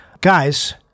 guys